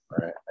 right